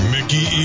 Mickey